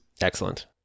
excellent